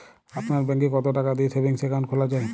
আপনার ব্যাংকে কতো টাকা দিয়ে সেভিংস অ্যাকাউন্ট খোলা হয়?